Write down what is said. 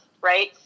right